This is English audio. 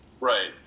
Right